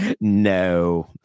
no